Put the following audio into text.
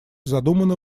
задумана